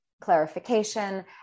clarification